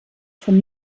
von